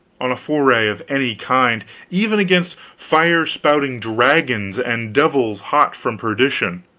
on a foray of any kind even against fire-spouting dragons, and devils hot from perdition,